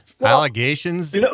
Allegations